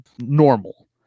normal